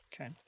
Okay